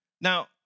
Now